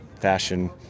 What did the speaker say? fashion